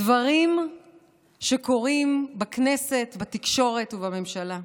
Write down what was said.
הדברים שקורים בכנסת, בתקשורת ובממשלה,